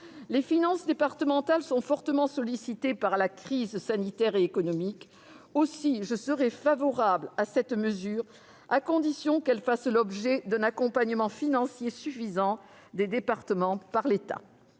Les finances départementales sont fortement sollicitées par la crise sanitaire et économique. Aussi, je serai favorable à cette mesure, à condition qu'elle fasse l'objet d'un accompagnement financier suffisant des départements par l'État.